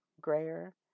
grayer